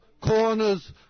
corners